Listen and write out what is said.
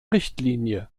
richtlinie